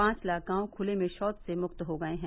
पांच लाख गांव खुले में शौच से मुक्त हो गए हैं